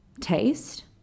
taste